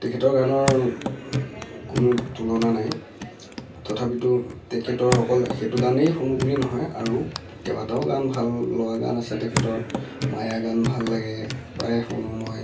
তেখেতৰ গানৰ কোনো তুলনা নাই তথাপিতো তেখেতৰ অকল সেইটো গানেই শুনো বুলি নহয় আৰু কেইবাটাও ভাল লগা গান আছে তেখেতৰ 'মায়া' গান ভাল লাগে প্ৰায়ে শুনো মই